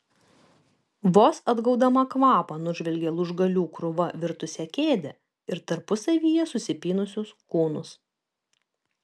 vos atgaudama kvapą nužvelgė lūžgalių krūva virtusią kėdę ir tarpusavyje susipynusius kūnus